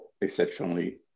exceptionally